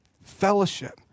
Fellowship